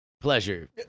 pleasure